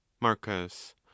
marcus